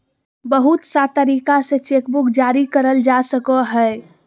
बहुत सा तरीका से चेकबुक जारी करल जा सको हय